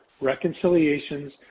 reconciliations